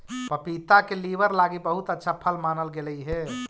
पपीता के लीवर लागी बहुत अच्छा फल मानल गेलई हे